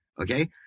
Okay